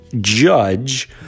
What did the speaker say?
judge